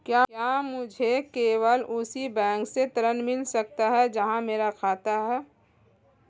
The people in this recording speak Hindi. क्या मुझे केवल उसी बैंक से ऋण मिल सकता है जहां मेरा खाता है?